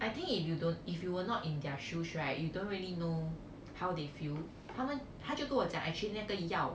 I think if you don't if you were not in their shoes right you don't really know how they feel 他们他就跟我讲 actually 那个药